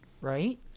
Right